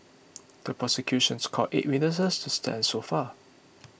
the prosecutions called eight witnesses to stand so far